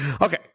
okay